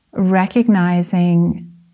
recognizing